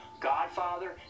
Godfather